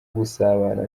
gusabana